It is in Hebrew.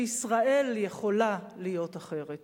שישראל יכולה להיות אחרת.